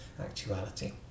actuality